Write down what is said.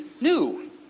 new